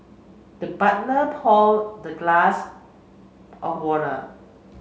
the butler pour the glass of water